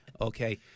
okay